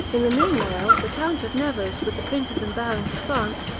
in the mean while, the count of nevers, with the princes and barons of france,